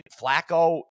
Flacco